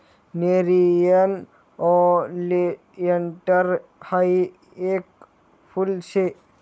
nerium oleander हायी येक फुल शे